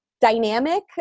dynamic